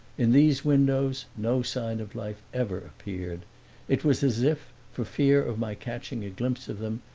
in these windows no sign of life ever appeared it was as if, for fear of my catching a glimpse of them,